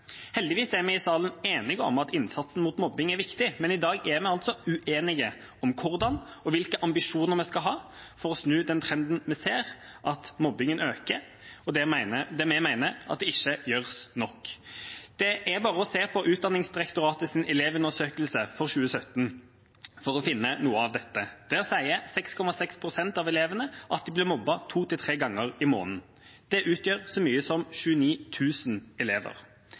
Heldigvis er vi i salen enige om at innsats mot mobbing er viktig, men i dag er vi altså uenige om hvordan og hvilke ambisjoner vi skal ha for å snu den trenden vi ser med økende mobbing. Vi mener at det ikke gjøres nok. Det er bare å se på Utdanningsdirektoratets elevundersøkelse for 2017 for å finne noe av dette. Der sier 6,6 pst. av elevene at de blir mobbet to–tre ganger i måneden. Det utgjør så mye som 29 000 elever.